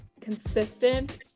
consistent